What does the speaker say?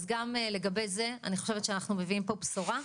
אז גם לגבי זה אני חושבת שאנחנו מביאים פה בשורה.